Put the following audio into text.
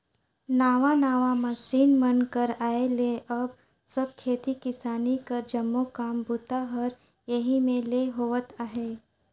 नावा नावा मसीन मन कर आए ले अब सब खेती किसानी कर जम्मो काम बूता हर एही मे ले होवत अहे